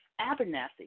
Abernathy